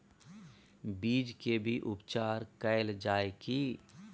बीज के भी उपचार कैल जाय की?